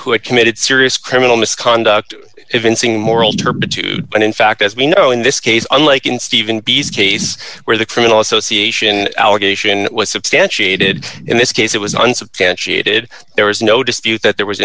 had committed serious criminal misconduct evincing moral turpitude and in fact as we know in this case unlike in stephen b s case where the criminal association allegation was substantiated in this case it was unsubstantiated there was no dispute that there was